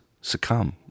succumb